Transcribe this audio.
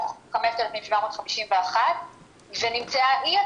מרימים את הפלאפון המשפחתי ואז אין את